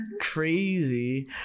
crazy